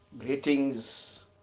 Greetings